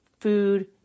food